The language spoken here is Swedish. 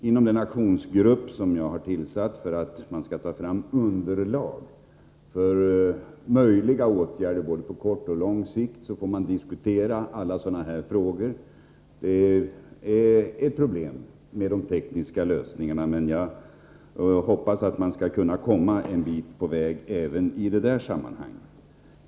Inom den aktionsgrupp som jag har tillsatt för att ta fram underlag för åtgärder på både kort och lång sikt får man diskutera alla sådana här frågor. Det finns problem med de tekniska lösningarna, men jag hoppas att man skall kunna komma en bit på väg.